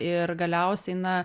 ir galiausiai na